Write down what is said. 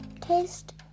taste